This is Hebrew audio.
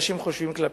שאנשים חושבים כלפיהם.